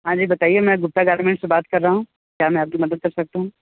हाँ जी बताइए मैं गुप्ता गारमेंट से बात कर रहा हूँ क्या मैं आपकी मदद कर सकता हूँ